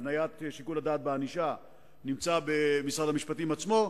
הבניית שיקול הדעת בענישה במשרד המשפטים עצמו.